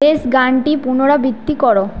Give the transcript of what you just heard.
শেষ গানটি পুনরাবৃত্তি করো